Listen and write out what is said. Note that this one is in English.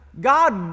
God